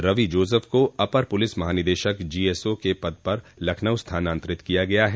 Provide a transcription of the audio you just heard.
रवि जोज़फ को अपर पुलिस महानिदेशक जीएस ओ के पद पर लखनऊ स्थानान्तरित किया गया है